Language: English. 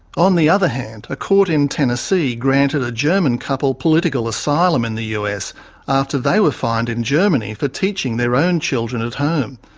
on the other hand, a court in tennessee granted a german couple political asylum in the us after they were fined in germany for teaching their own children at home.